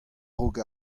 raok